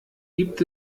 gibt